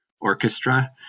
orchestra